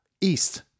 east